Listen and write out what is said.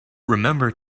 remember